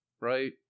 right